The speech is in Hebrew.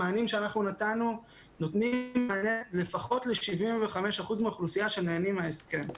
המענים שאנחנו נתנו נותנים לפחות ל-75% מהאוכלוסייה ליהנות מההסכם.